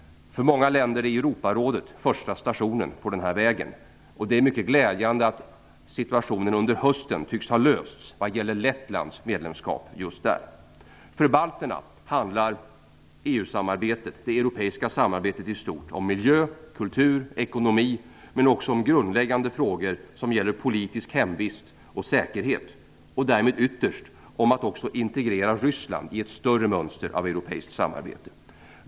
För många länder är Europarådet första stationen på den här vägen. Det är mycket glädjande att situationen tycks ha lösts just där under hösten vad gäller Lettlands medlemskap. För balterna handlar det europeiska samarbetet i stort om miljö, kultur och ekonomi, men också om grundläggande frågor som gäller politisk hemvist och säkerhet och därmed ytterst om att också integrera Ryssland i ett större mönster av europeiskt samarbete.